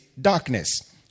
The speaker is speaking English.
darkness